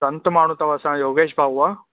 संत माण्हू अथव असांजो योगेश भाउ आहे